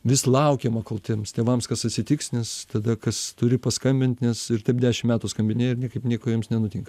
vis laukiama kol tiems tėvams kas atsitiks nes tada kas turi paskambint nes ir taip dešim metų skambinėju ir niekaip nieko jiems nenutink